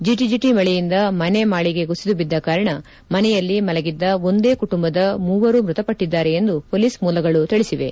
ಜೆಟಜೆಟ ಮಳೆಯಿಂದ ಮನೆ ಮಾಳಿಗೆ ಕುಸಿದು ಬಿದ್ದ ಕಾರಣ ಮನೆಯಲ್ಲಿ ಮಲಗಿದ್ದ ಒಂದೇ ಕುಟುಂಬದ ಮೂವರು ಮೃತಪಟ್ನದ್ದಾರೆ ಎಂದು ಪೊಲೀಸ್ ಮೂಲಗಳು ತಿಳಿಸಿವೆ